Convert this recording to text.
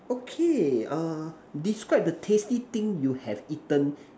okay uh describe the tasty thing you have eaten